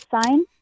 sign